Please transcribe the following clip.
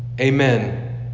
Amen